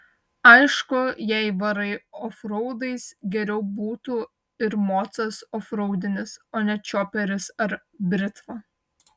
aišku jei varai ofraudais geriau būtų ir mocas ofraudinis o ne čioperis ar britva